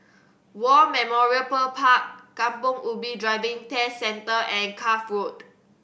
War Memorial Park Kampong Ubi Driving Test Centre and Cuff Road